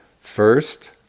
First